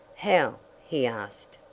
how? he asked.